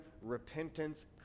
repentance